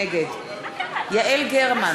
נגד יעל גרמן,